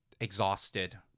exhausted